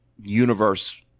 universe